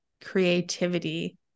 creativity